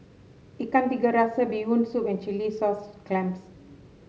Ikan Tiga Rasa Bee Hoon Soup and Chilli Sauce Clams